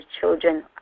children